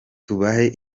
tubahe